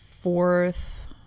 Fourth